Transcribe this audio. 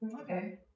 Okay